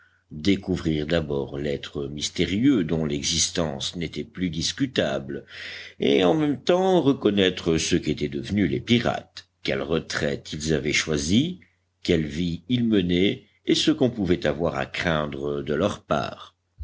découvrir d'abord l'être mystérieux dont l'existence n'était plus discutable et en même temps reconnaître ce qu'étaient devenus les pirates quelle retraite ils avaient choisie quelle vie ils menaient et ce qu'on pouvait avoir à craindre de leur part